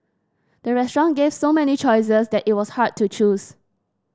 the restaurant gave so many choices that it was hard to choose